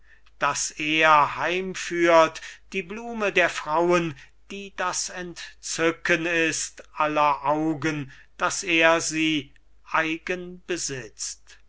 daß er heimführt die blume der frauen die das entzücken ist aller augen daß er sie eigen besitzt